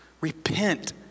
repent